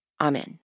Amen